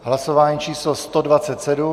Hlasování číslo 127.